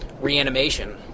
Reanimation